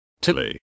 Tilly